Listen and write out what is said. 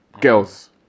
girls